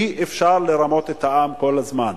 אי-אפשר לרמות את העם כל הזמן.